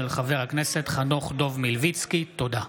תודה.